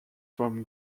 from